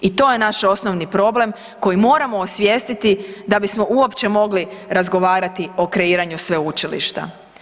I to je naš osnovni problem koji moramo osvijestiti da bismo uopće mogli razgovarati o kreiranju sveučilišta.